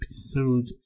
episode